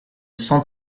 cent